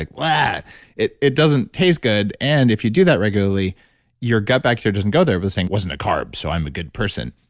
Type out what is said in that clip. like yeah it it doesn't taste good. and if you do that regularly your gut bacteria doesn't go there. but they're saying, wasn't a carb. so i'm a good person.